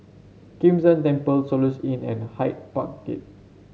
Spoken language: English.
Kim San Temple Soluxe Inn and Hyde Park Gate